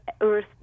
Earth